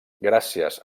gràcies